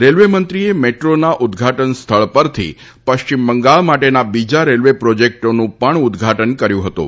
railway મંત્રીએ મેટ્રોના ઉદઘાટનના સ્થળ પરથી પશ્ચિમ બંગાળ માટેના બીજા રેલવે પ્રોજેક્ટોનું પણ ઉદઘાટન કર્યું હતું